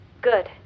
Good